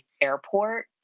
airport